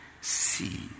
See